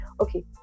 okay